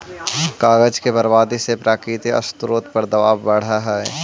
कागज के बर्बादी से प्राकृतिक स्रोत पर दवाब बढ़ऽ हई